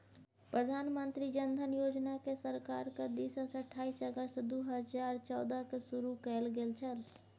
प्रधानमंत्री जन धन योजनाकेँ सरकारक दिससँ अट्ठाईस अगस्त दू हजार चौदहकेँ शुरू कैल गेल छल